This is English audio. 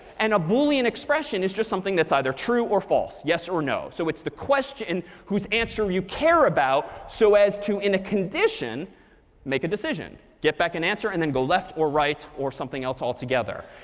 and a boolean expression is just something that's either true or false, yes or no. so it's the question whose answer you care about, so as to in a condition make a decision get back an answer, and then go left or right, or something else altogether.